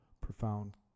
profound